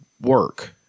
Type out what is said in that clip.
work